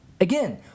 again